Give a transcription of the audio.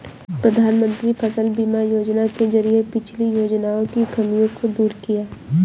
प्रधानमंत्री फसल बीमा योजना के जरिये पिछली योजनाओं की खामियों को दूर किया